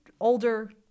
older